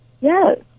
Yes